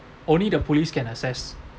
only the police can access